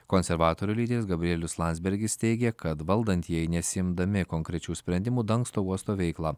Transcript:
konservatorių lyderis gabrielius landsbergis teigė kad valdantieji nesiimdami konkrečių sprendimų dangsto uosto veiklą